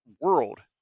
world